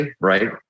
right